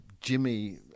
Jimmy